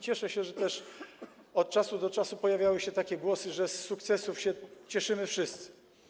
Cieszę się, że też od czasu do czasu pojawiały się takie głosy, że z sukcesów cieszymy się wszyscy.